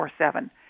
24-7